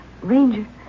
Ranger